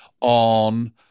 on